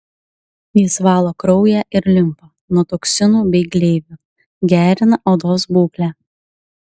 jis valo kraują ir limfą nuo toksinų bei gleivių gerina odos būklę